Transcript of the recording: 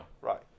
Right